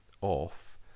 off